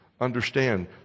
understand